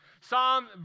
Psalm